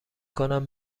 کنم